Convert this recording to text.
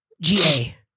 GA